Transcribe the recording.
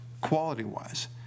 quality-wise